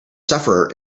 sufferer